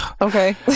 okay